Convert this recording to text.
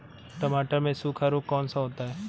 टमाटर में सूखा रोग कौन सा होता है?